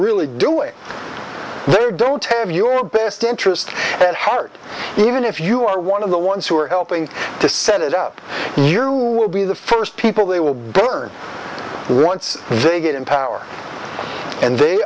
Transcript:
really doing they don't have your best interests at heart even if you are one of the ones who are helping to set it up you will be the first people they will burn once they get in power and they